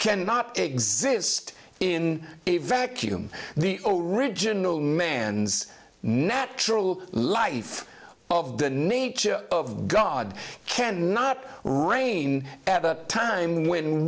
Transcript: cannot exist in a vacuum the original man's natural life of the nature of god cannot reign at a time when